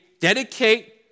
dedicate